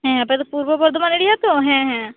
ᱦᱮᱸ ᱟᱯᱮᱫᱚ ᱯᱩᱨᱵᱚ ᱵᱚᱨᱫᱷᱚᱢᱟᱱ ᱮᱨᱤᱭᱟ ᱛᱚ ᱦᱮᱸ ᱦᱮᱸ